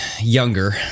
younger